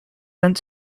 sent